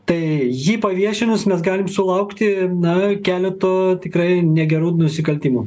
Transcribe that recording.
tai jį paviešinus mes galim sulaukti na keleto tikrai negerų nusikaltimų